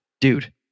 dude